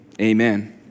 Amen